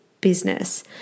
business